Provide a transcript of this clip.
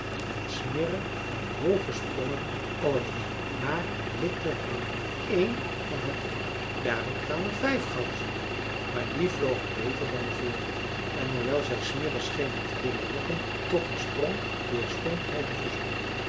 en smirre nam hooge sprongen naar alle drie maar het lukte hem niet één van hen te vangen daarop kwamen vijf ganzen maar die vlogen beter dan de vorige en hoewel zij smirre schenen te willen lokken tot een sprong weerstond hij de verzoeking